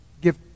give